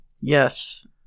Yes